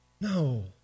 No